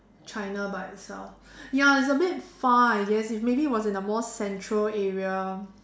China by itself ya it's a bit far I guess if maybe if it was in a more central area